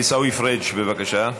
עיסאווי פריג', בבקשה.